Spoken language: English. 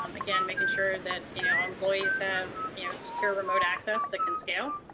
um again, making sure that you know employees have you know secure remote access that can scale.